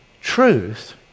Truth